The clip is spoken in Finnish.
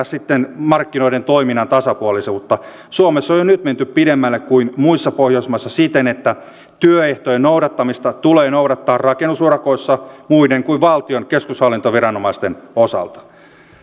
sitten vääristää markkinoiden toiminnan tasapuolisuutta suomessa on jo nyt menty pidemmälle kuin muissa pohjoismaissa siten että työehtojen noudattamista tulee noudattaa rakennusurakoissa muiden kuin valtion keskushallintoviranomaisten osalta